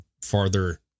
farther